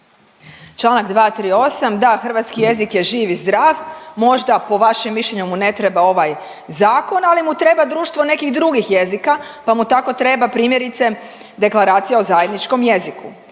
Članak 238., da hrvatski jezik je živ i zdrav, možda po vašem mišljenu mu ne treba ovaj zakon, ali mu treba društvo nekih drugih jezika pa mu tako treba primjerice deklaracija o zajedničkom jeziku.